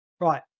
right